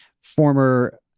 former